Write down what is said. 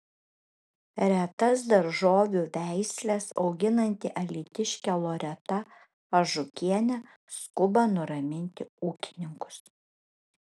retas daržovių veisles auginanti alytiškė loreta ažukienė skuba nuraminti ūkininkus